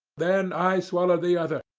then i swallowed the other,